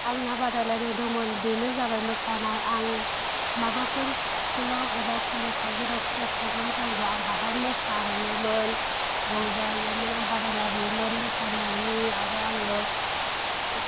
आंना बादायलायनाय दंमोन बेनो जाबाय मोसानाय आं माबाफोर स्कुलाव एबा कलेजाव जेरावखि जाया प्रग्राम जायोब्ला आं बाहाय मोसाहैयोमोन रंजाहैयोमोन आं बादायलायहैयोमोन मोसानायनि आरो आङो